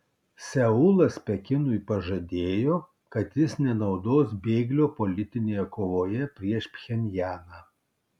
seulas pekinui pažadėjo kad jis nenaudos bėglio politinėje kovoje prieš pchenjaną